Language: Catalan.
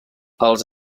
els